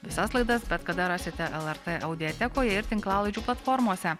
visas laidas bet kada rasite lrt audiotekoje ir tinklalaidžių platformose